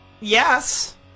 Yes